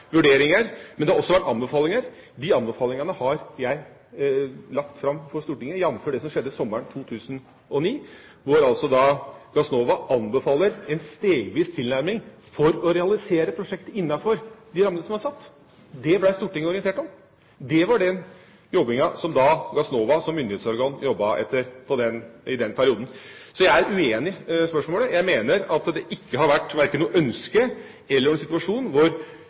vurderinger, men det har også vært anbefalinger. De anbefalingene har jeg lagt fram for Stortinget, jf. det som skjedde sommeren 2009, hvor Gassnova anbefalte en stegvis tilnærming for å realisere prosjektet innenfor de rammene som er satt. Det ble Stortinget orientert om. Det var det Gassnova som myndighetsorgan jobbet etter i den perioden. Så jeg er uenig i spørsmålet. Jeg mener at det verken har vært noe ønske eller noen situasjon hvor